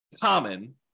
common